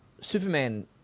Superman